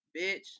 bitch